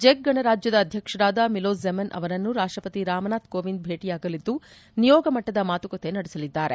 check ಗಣರಾಜ್ಯದ ಅಧ್ಯಕ್ಷರಾದ Milos Zeman ಅವರನ್ನು ರಾಷ್ಟ ಪತಿ ರಾಮನಾಥ್ ಕೋವಿಂದ್ ಭೇಟಿಯಾಗಲಿದ್ದು ನಿಯೋಗ ಮಟ್ಟದ ಮಾತುಕತೆ ನಡೆಸಲಿದ್ದಾರೆ